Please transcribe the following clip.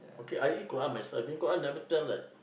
okay I read Quran myself I mean Quran never tell that